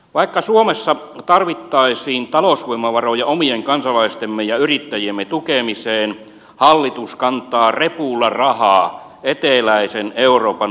vaikka suomessa tarvittaisiin talousvoimavaroja omien kansalaistemme ja yrittäjiemme tukemiseen hallitus kantaa repulla rahaa eteläisen euroopan hulttiovaltioiden tukemiseen